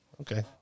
Okay